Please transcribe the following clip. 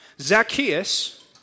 Zacchaeus